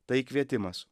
tai kvietimas